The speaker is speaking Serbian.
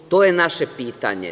To je naše pitanje.